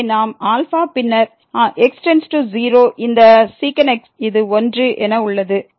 எனவே நாம் α பின்னர் x→0 இந்த sec x இது 1 என உள்ளது